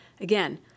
Again